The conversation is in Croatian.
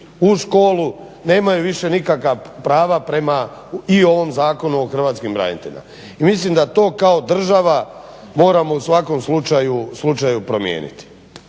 u školu, nemaju više nikakva prava prema i ovom Zakonu o hrvatskim braniteljima. I mislim da to kao država moramo u svakom slučaju promijeniti.